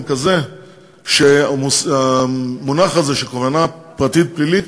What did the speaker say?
כזה שהמונח הזה של קובלנה פרטית פלילית